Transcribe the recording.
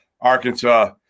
Arkansas